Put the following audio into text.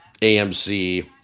AMC